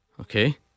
Okay